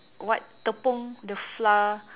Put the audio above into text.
what tepung the flour